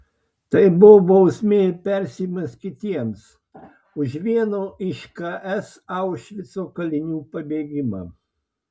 tai buvo bausmė ir perspėjimas kitiems už vieno iš ks aušvico kalinių pabėgimą